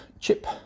Chip